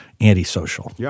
antisocial